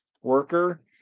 worker